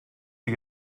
ihr